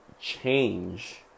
change